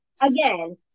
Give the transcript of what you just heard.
again